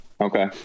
okay